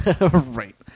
Right